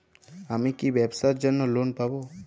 আমি কি ব্যবসার জন্য লোন পাব?